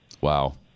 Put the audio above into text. Wow